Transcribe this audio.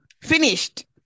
finished